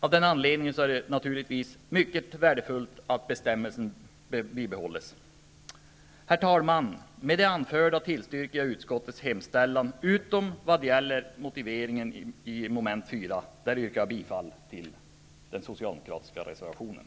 Av den anledningen är det naturligtvis mycket värdefullt att bestämmelsen bibehålles. Herr talman! Med det anförda tillstyrker jag utskottets hemställan och även dess motivering utom vad gäller mom. 4, där jag yrkar bifall till den socialdemokratiska reservationen.